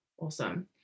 awesome